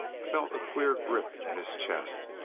felt a queer grip in his chest,